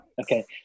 okay